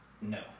No